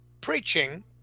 preaching